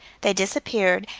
they disappeared,